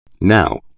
Now